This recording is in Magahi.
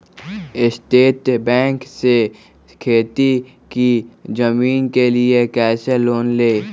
स्टेट बैंक से खेती की जमीन के लिए कैसे लोन ले?